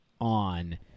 on